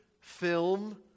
film